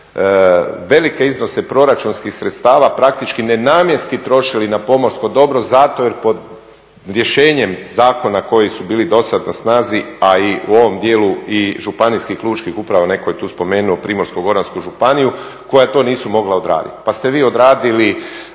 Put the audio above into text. velike iznose proračunskih sredstava praktički nenamjenski trošili na pomorsko dobro zato jer rješenjem zakona koji su bili do sad na snazi a i u ovom dijelu županijskih lučkih uprava netko je tu spomenuo Primorsko-goransku županiju koja to nisu mogla odraditi, pa ste vi odradili